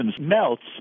melts